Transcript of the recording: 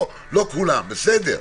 לא כולם, בסדר.